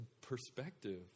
perspective